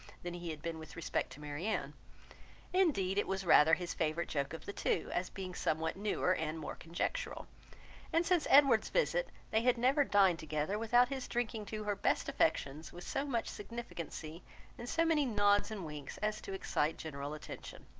than he had been with respect to marianne indeed it was rather his favourite joke of the two, as being somewhat newer and more conjectural and since edward's visit, they had never dined together without his drinking to her best affections with so much significancy and so many nods and winks, as to excite general attention.